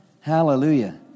Hallelujah